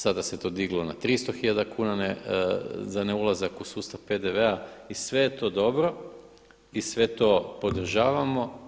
Sada se to diglo na 300 hiljada kuna za ne ulazak u sustav PDV-a i sve je to dobro i sve to podržavamo.